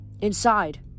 Inside